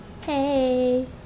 Hey